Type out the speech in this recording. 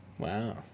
Wow